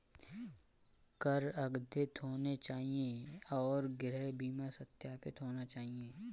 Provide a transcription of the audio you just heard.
कर अद्यतित होने चाहिए और गृह बीमा सत्यापित होना चाहिए